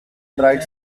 bright